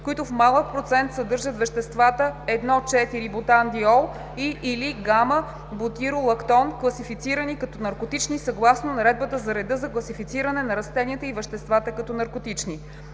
които в малък процент съдържат веществата 1,4-бутандиол и/или гама-бутиролактон, класифицирани като наркотични, съгласно Наредбата за реда за класифициране на растенията и веществата като наркотични.